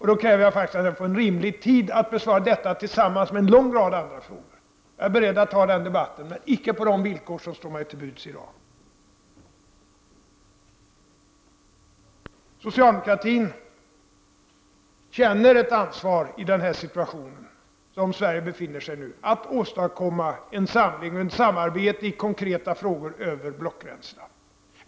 Jag kräver då faktiskt att jag får rimlig tid att besvara detta tillsammans med en lång rad andra frågor. Jag är beredd att ta den debatten, men icke på de villkor som står mig till buds i dag. Socialdemokratin känner ett ansvar i den situation som Sverige nu befinner sig i att åstadkomma en samling och ett samarbete i konkreta frågor över blockgränserna.